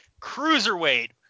cruiserweight